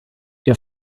ihr